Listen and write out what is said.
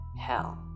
Hell